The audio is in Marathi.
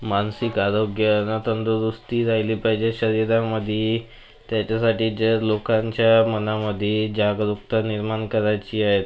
मानसिक आरोग्य आणि तंदुरुस्ती राहिली पाहिजे शरीरामध्ये त्याच्यासाठी ज्या लोकांच्या मनामध्ये जागरूकता निर्माण करायची आहे